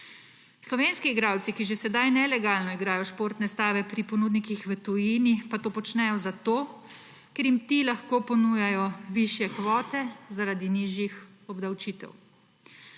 Slovenski igralci, ki že sedaj nelegalno igrajo športne stave pri ponudnikih v tujini, pa to počnejo zato, ker jim ti lahko ponujajo višje kvote zaradi nižjih obdavčitev.